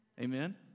Amen